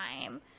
time